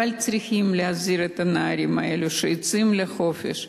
אבל צריכים להזהיר את הנערים האלו שיוצאים לחופש.